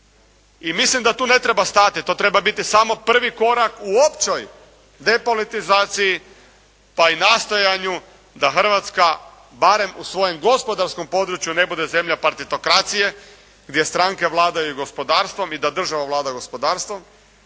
I mislim da tu ne treba stati, to treba biti samo prvi korak u općoj depolitizaciji, pa i nastojanju da Hrvatska barem u svojem gospodarskom području ne bude zemlja partitokracije gdje stranke vladaju i gospodarstvo i da država vlada gospodarstvom.